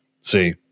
see